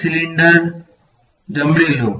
એક સિલિન્ડર જમણે લો